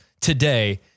today